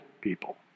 people